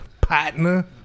partner